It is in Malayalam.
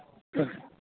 ആ